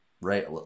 right